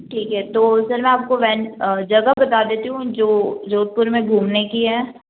ठीक है तो सर मैं आपको वैन जगह बता देती हूँ जो जोधपुर में घूमने की है